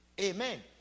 amen